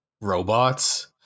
robots